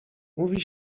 mówi